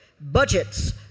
budgets